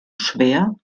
schwer